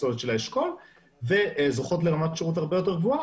הפסולת של האשכול וזוכות לרמת שירות הרבה יותר גבוהה,